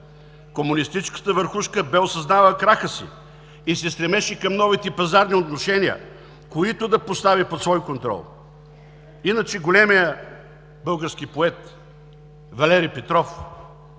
Комунистическата върхушка бе осъзнала краха си и се стремеше към новите пазарни отношения, които да постави под свой контрол. Иначе големият български поет Валери Петров